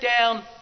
down